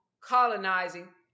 colonizing